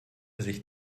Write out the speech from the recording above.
sich